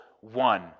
one